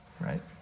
right